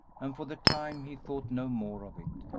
and for the time he thought no more of it,